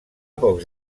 pocs